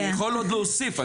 אני יכול עוד להוסיף,